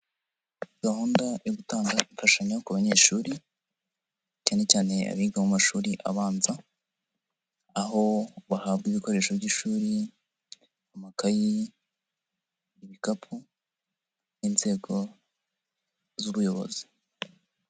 Gahunda yo gutanga imfashanyo ku banyeshuri, cyane cyane abiga mu mashuri abanza, aho bahabwa ibikoresho by'ishuri, amakayi, ibikapu n'inzego z'ubuyobozi.